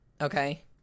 Okay